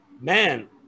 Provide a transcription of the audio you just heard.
man